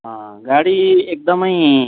अँ गाडी एकदमै